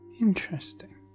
Interesting